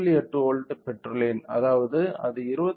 8 volt பெற்றுள்ளேன் அதாவது அது 28